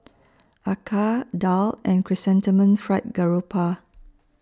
Acar Daal and Chrysanthemum Fried Garoupa